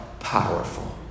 Powerful